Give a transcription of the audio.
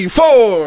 four